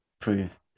Prove